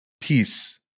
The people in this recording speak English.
peace